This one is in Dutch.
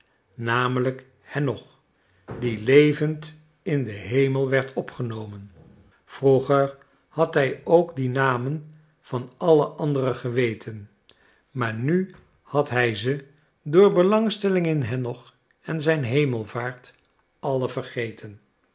namelijk henoch die levend in den hemel werd opgenomen vroeger had hij ook die namen van alle andere geweten maar nu had hij ze door belangstelling in henoch en zijn hemelvaart alle vergeten